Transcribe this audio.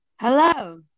Hello